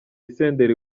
senderi